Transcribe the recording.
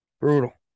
Brutal